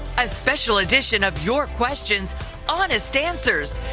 a special edition of your questions honest answers.